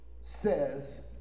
says